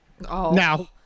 Now